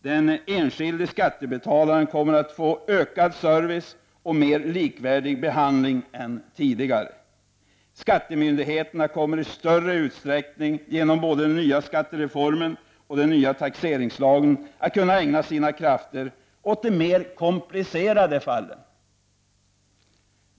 Den enskilde skattebetalaren kommer att få ökad service och mer likvärdig behandling än tidigare. Skattemyndigheterna kommer i större utsträckning, genom både den nya skattereformen och den nya taxeringslagen, att kunna ägna sina krafter åt de mer komplicerade fallen.